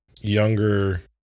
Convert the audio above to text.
younger